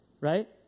right